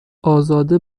ازاده